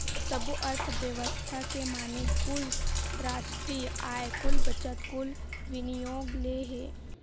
सब्बो अर्थबेवस्था के माने कुल रास्टीय आय, कुल बचत, कुल विनियोग ले हे